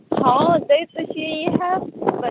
हॅं दै तऽ छियै इयह